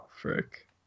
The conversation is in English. frick